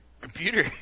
Computer